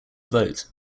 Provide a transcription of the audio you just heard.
vote